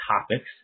topics